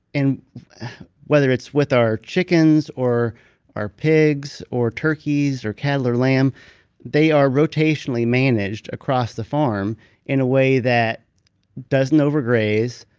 whether it's with our chickens or our pigs or turkeys or cattle or lamb they are rotationally managed across the farm in a way that doesn't overgraze,